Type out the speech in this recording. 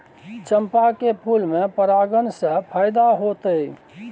चंपा के फूल में परागण से फायदा होतय?